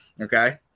Okay